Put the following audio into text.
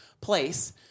place